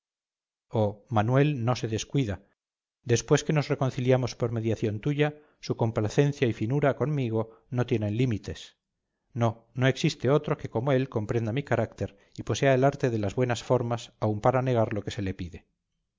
manuel no se descuida después que nos reconciliamos por mediación tuya su complacencia y finura conmigo no tienen límites no no existe otro que como él comprenda mi carácter y posea el arte de las buenas formas aun para negar lo que se le pide